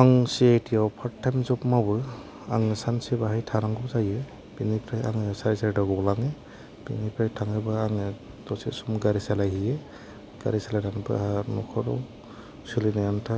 आं C I T आव part time जब मावयो आं सानसे बाहाय थानांगौ जायो बेनिफ्राय आङो साराय सारिथायाव गलाङो बेनिफ्राय थाङोबा आङो दसे सम गारि सालायहैयो गारि सालायनानैबो आहा न'खराव सोलिनो आनथा